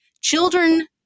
children